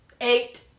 Eight